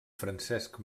francesc